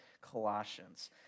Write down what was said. Colossians